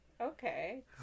Okay